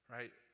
Right